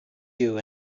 you